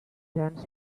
danced